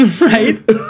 right